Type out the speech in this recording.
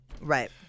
Right